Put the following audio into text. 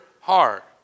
heart